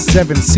Seven